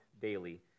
daily